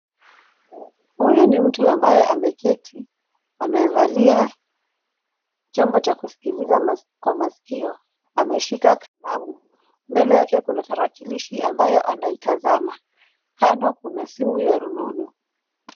Huyu ni mtu ambaye ameketi. Amevalia chombo cha kusikiliza kwa masikio, ameshika kalamu. Mbele yake kuna tarakilishi ambayo anaitazama, kando kuna simu ya rununu.